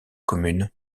commune